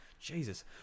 Jesus